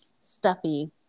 stuffy